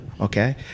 Okay